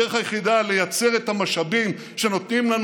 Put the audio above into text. הדרך היחידה לייצר את המשאבים שנותנים לנו